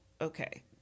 okay